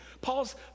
Paul's